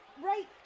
Right